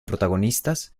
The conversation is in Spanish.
protagonistas